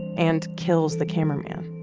and kills the camerman.